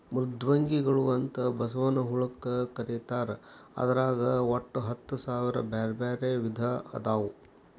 ಮೃದ್ವಂಗಿಗಳು ಅಂತ ಬಸವನ ಹುಳಕ್ಕ ಕರೇತಾರ ಅದ್ರಾಗ ಒಟ್ಟ ಹತ್ತಸಾವಿರ ಬ್ಯಾರ್ಬ್ಯಾರೇ ವಿಧ ಅದಾವು